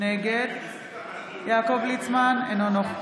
נגד יעקב ליצמן, אינו נוכח